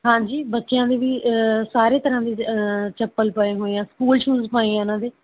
ਹਾਂਜੀ ਬੱਚਿਆਂ ਦੇ ਵੀ ਸਾਰੇ ਤਰ੍ਹਾਂ ਦੇ ਚੱਪਲ ਪਏ ਹੋਏ ਆ ਸਕੂਲ ਸ਼ੂਜ ਪਏ ਆ ਉਹਨਾਂ ਦੇ